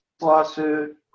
lawsuit